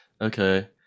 Okay